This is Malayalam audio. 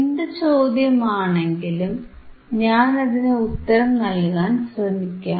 എന്തു ചോദ്യമാണെങ്കിലും ഞാനതിന് ഉത്തരം നൽകാൻ ശ്രമിക്കാം